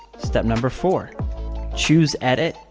step number four choose edit,